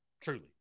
truly